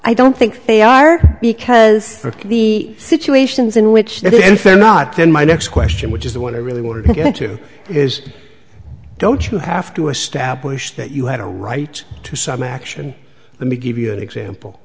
i don't think they are because of the situations in which they are not then my next question which is the one i really wanted to get into is don't you have to establish that you had a right to some action let me give you an example